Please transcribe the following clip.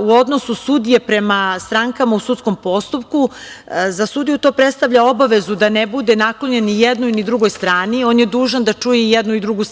u odnosu sudije prema strankama u sudskom postupku. Za sudiju to predstavlja obavezu da ne bude naklonjen nijednoj ni drugoj strani. On je dužan da čuje i jednu i drugu